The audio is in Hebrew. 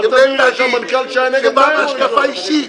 זה בא מהשקפה אישית.